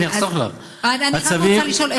אני אחסוך לך, אני רק רוצה לשאול היכן הצווים.